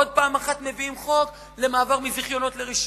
עוד פעם אחת מביאים חוק למעבר מזיכיונות לרשיונות.